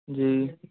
जी